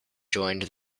joined